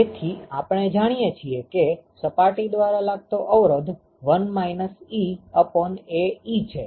તેથી આપણે જાણીએ છીએ કે સપાટી દ્વારા લાગતો અવરોધ 1 εAε છે